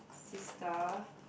sister